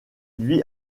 vit